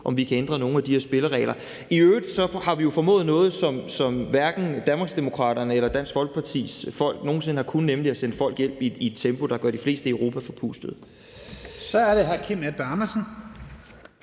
om vi kan ændre nogle af de her spilleregler. I øvrigt har vi jo formået noget, som hverken Danmarksdemokraterne eller Dansk Folkepartis folk nogen sinde har kunnet, nemlig at sende folk hjem i et tempo, der gør de fleste i Europa forpustede. Kl. 11:49 Første næstformand